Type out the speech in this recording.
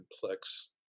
complex